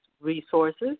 resources